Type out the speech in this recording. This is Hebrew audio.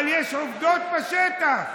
אבל יש עובדות בשטח.